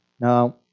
Now